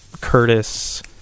Curtis